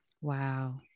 Wow